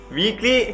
weekly